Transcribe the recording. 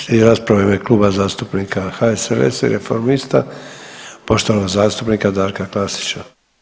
Slijedi rasprava u ime Kluba zastupnika HSLS-a i reformista, poštovanog zastupnika Darka Klasića.